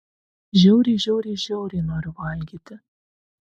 žiauriai žiauriai žiauriai noriu valgyti